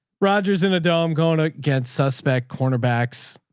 rogers and a dome going against suspect cornerbacks.